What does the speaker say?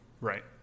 Right